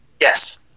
Yes